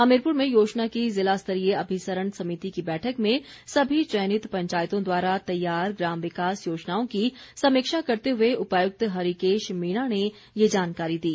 हमीरपुर में योजना की ज़िलास्तरीय अभिसरण समिति की बैठक में सभी चयनित पंचायतों द्वारा तैयार ग्राम विकास योजनाओं की समीक्षा करते हुए उपायुक्त हरिकेश मीणा ने ये जानकारी दी